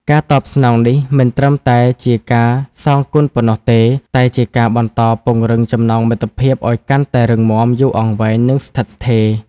ការតបស្នងនេះមិនត្រឹមតែជាការសងគុណប៉ុណ្ណោះទេ តែជាការបន្តពង្រឹងចំណងមិត្តភាពឲ្យកាន់តែរឹងមាំ យូរអង្វែង និងស្ថិតស្ថេរ។